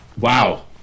Wow